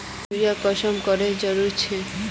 Urea कुंसम करे जरूरी छै?